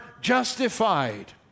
justified